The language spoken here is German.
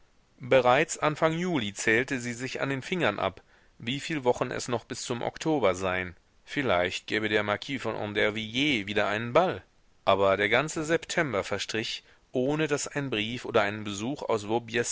bereits anfang juli zählte sie sich an den fingern ab wieviel wochen es noch bis zum oktober seien vielleicht gäbe der marquis von andervilliers wieder einen ball aber der ganze september verstrich ohne daß ein brief oder ein besuch aus